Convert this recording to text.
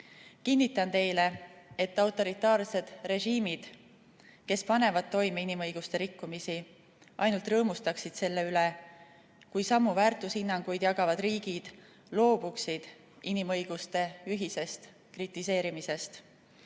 Kinnitan teile, et autoritaarsed režiimid, kes panevad toime inimõiguste rikkumisi, ainult rõõmustaksid selle üle, kui samu väärtushinnanguid jagavad riigid loobuksid inimõiguste ühisest kritiseerimisest.